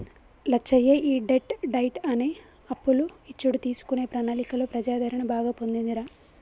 లచ్చయ్య ఈ debt diet అనే అప్పులు ఇచ్చుడు తీసుకునే ప్రణాళికలో ప్రజాదరణ బాగా పొందిందిరా